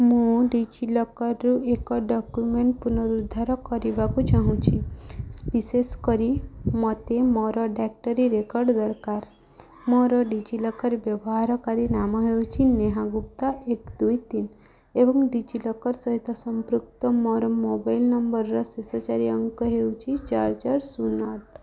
ମୁଁ ଡିଜିଲକଲ୍ରୁ ଏକ ଡକ୍ୟୁମେଣ୍ଟ ପୁନରୁଦ୍ଧାର କରିବାକୁ ଚାହୁଁଛି ବିଶେଷ କରି ମୋତେ ମୋର ଡାକ୍ତରୀ ରେକର୍ଡ଼୍ ଦରକାର ମୋର ଡିଜିଲକର୍ ବ୍ୟବହାରକାରୀ ନାମ ହେଉଛି ନେହା ଗୁପ୍ତା ଏକ ଦୁଇ ତିନ ଏବଂ ଡିଜିଲକର୍ ସହିତ ସଂଯୁକ୍ତ ମୋର ମୋବାଇଲ୍ ନମ୍ବଲ୍ର ଶେଷ ଚାରି ଅଙ୍କ ହେଉଛି ଚାରି ଚାର ଶୂନ ଆଠ